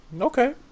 Okay